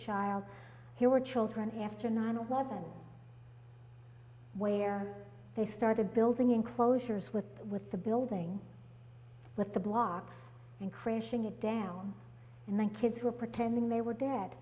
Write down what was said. child here were children after nine eleven where they started building enclosures with with the building with the blocks and crashing it down and then kids were pretending they were dead